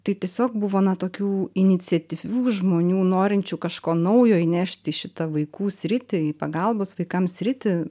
tai tiesiog buvo na tokių iniciatyvių žmonių norinčių kažko naujo įnešti į šitą vaikų sritį į pagalbos vaikam sritį